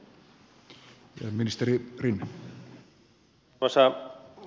arvoisa puhemies